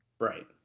Right